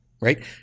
right